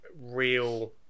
real